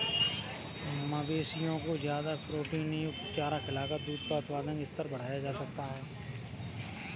मवेशियों को ज्यादा प्रोटीनयुक्त चारा खिलाकर दूध का उत्पादन स्तर बढ़ाया जा सकता है